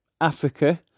Africa